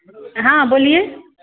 हाँ बोलिए